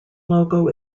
logo